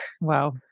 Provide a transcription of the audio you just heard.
Wow